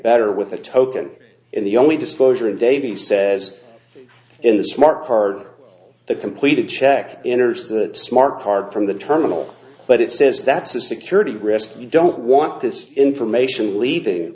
better with a token and the only disclosure davies says in the smart card that complete a check enters the smart card from the terminal but it says that's a security risk you don't want this information leading